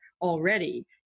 already